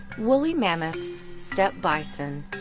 wooly mammoths, step bison,